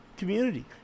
Community